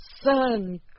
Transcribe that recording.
Sun